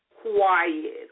quiet